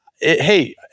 Hey